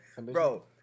Bro